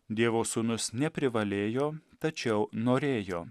dievo sūnus neprivalėjo tačiau norėjo